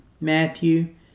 Matthew